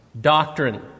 Doctrine